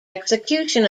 execution